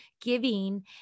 giving